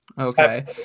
Okay